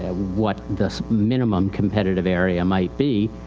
what the minimum competitive area might be.